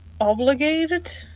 Obligated